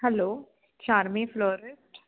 hello Charmi florist